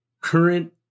current